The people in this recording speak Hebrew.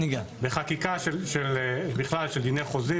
בחקיקה של בכלל של דיני חוזים,